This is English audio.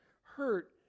hurt